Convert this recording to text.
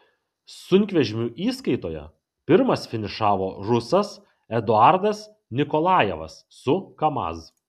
sunkvežimių įskaitoje pirmas finišavo rusas eduardas nikolajevas su kamaz